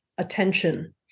attention